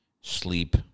sleep